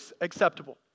acceptable